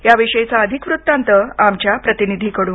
याविषयीचा वृत्तांत आमच्या प्रतिनिधीकडून